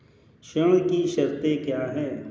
ऋण की शर्तें क्या हैं?